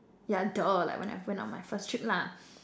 yeah !duh! like when I went on my first trip lah